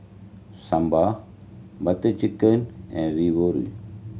Sambar Butter Chicken and Ravioli